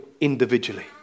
individually